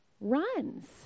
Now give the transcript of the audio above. runs